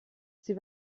sie